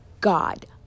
God